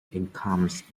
innocence